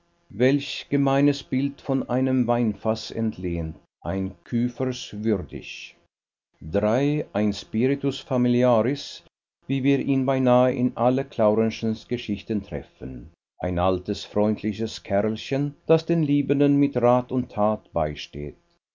welch gemeines bild von einem weinfaß entlehnt eines küfers würdig spiritus familiaris wie wir ihn beinahe in allen claurenschen geschichten treffen ein altes freundliches kerlchen das den liebenden mit rat und tat beisteht